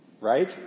Right